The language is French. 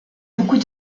beaucoup